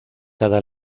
cada